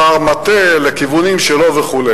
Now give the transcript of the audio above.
וכל אחד כבר מטה לכיוונים שלו וכו',